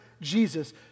Jesus